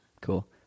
Cool